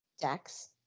Dex